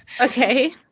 Okay